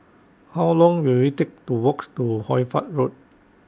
How Long Will IT Take to Walks to Hoy Fatt Road